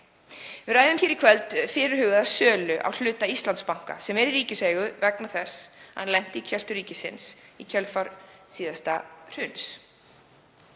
Við ræðum hér í kvöld fyrirhugaða sölu á hluta Íslandsbanka sem er í ríkiseigu vegna þess að hann lenti í kjöltu ríkisins í kjölfar síðasta hruns.